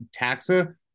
taxa